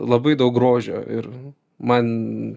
labai daug grožio ir man